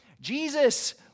Jesus